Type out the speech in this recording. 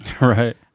Right